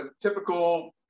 typical